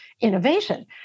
innovation